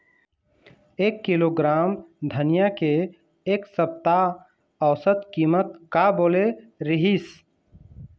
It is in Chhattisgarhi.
एक किलोग्राम धनिया के एक सप्ता औसत कीमत का बोले रीहिस?